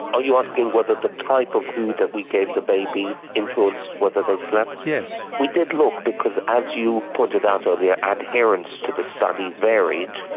are you asking whether the type of food that we gave the baby influenced whether they slept? yes. we did look because, as you pointed out ah earlier, yeah adherence to the study varied.